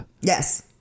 Yes